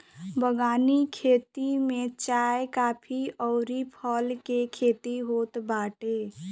बगानी खेती में चाय, काफी अउरी फल के खेती होत बाटे